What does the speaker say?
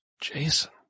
Jason